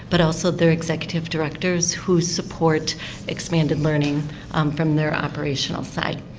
but also their executive directors who support expanded learning from their operational site.